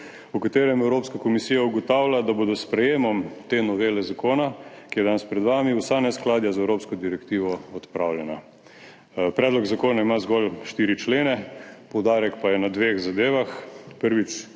v katerem Evropska komisija ugotavlja, da bodo s sprejetjem te novele zakona, ki je danes pred vami, vsa neskladja z evropsko direktivo odpravljena. Predlog zakona ima zgolj štiri člene, poudarek pa je na dveh zadevah. Prvič,